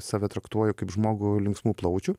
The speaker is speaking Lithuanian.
save traktuoju kaip žmogų linksmų plaučių